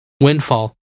Windfall